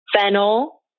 Fennel